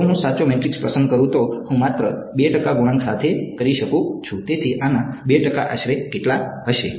જો હું સાચો મેટ્રિક્સ પસંદ કરું તો હું માત્ર 2 ટકા ગુણાંક સાથે કરી શકું છું તેથી આના 2 ટકા આશરે કેટલા હશે